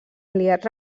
aliats